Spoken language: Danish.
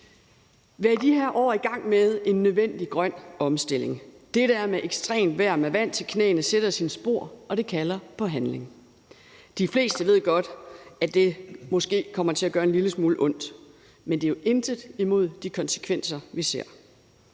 er i de her år i gang med en nødvendig grøn omstilling. Det med ekstremt vejr med vand til knæene sætter sine spor, og det kalder på handling. De fleste ved godt, at det måske kommer til at gøre en lille smule ondt, men det er jo intet imod de konsekvenser, vi ser,